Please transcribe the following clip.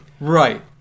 Right